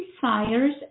desires